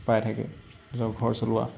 পাই থাকে নিজৰ ঘৰ চলোৱা